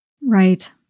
Right